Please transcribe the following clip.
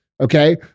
okay